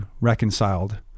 reconciled